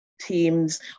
teams